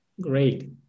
Great